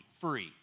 Free